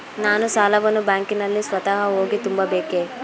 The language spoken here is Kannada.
ನಾನು ಸಾಲವನ್ನು ಬ್ಯಾಂಕಿನಲ್ಲಿ ಸ್ವತಃ ಹೋಗಿ ತುಂಬಬೇಕೇ?